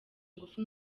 ingufu